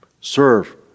Serve